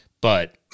But-